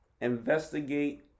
Investigate